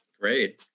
Great